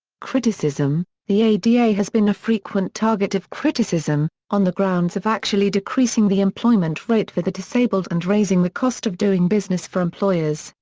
criticism the ada has been a frequent target of criticism, on the grounds of actually decreasing the employment rate for the disabled and raising the cost of doing business for employers,